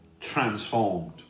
transformed